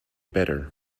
better